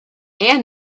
and